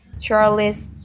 Charles